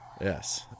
Yes